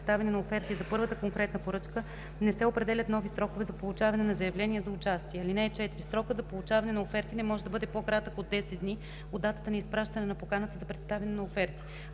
за представяне на оферти за първата конкретна поръчка не се определят нови срокове за получаване на заявления за участие. (4) Срокът за получаване на оферти не може да бъде по-кратък от 10 дни от датата на изпращане на поканата за представяне на оферти.